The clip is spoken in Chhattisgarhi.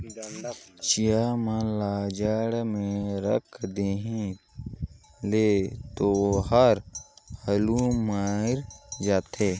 चिंया मन ल जाड़ में राख देहे ले तो ओहर हालु मइर जाथे